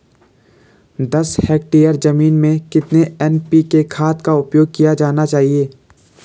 दस हेक्टेयर जमीन में कितनी एन.पी.के खाद का उपयोग किया जाना चाहिए?